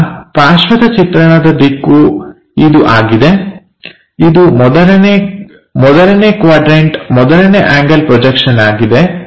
ನಮ್ಮ ಪಾರ್ಶ್ವದ ಚಿತ್ರಣದ ದಿಕ್ಕು ಇದು ಆಗಿದೆ ಇದು ಮೊದಲನೇ ಮೊದಲನೇ ಕ್ವಾಡ್ರನ್ಟ ಮೊದಲನೇ ಆಂಗಲ್ ಪ್ರೊಜೆಕ್ಷನ್ ಆಗಿದೆ